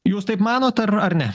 jūs taip manote ar ar ne